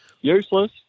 Useless